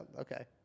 Okay